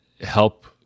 help